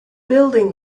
building